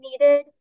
needed